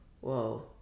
Whoa